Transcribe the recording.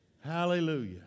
Hallelujah